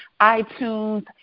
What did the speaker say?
iTunes